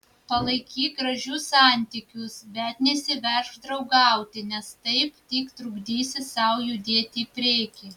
palaikyk gražius santykius bet nesiveržk draugauti nes taip tik trukdysi sau judėti į priekį